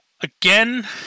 Again